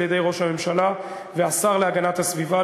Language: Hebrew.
על-ידי ראש הממשלה והשר להגנת הסביבה,